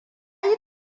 yi